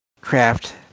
craft